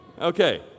Okay